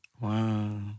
Wow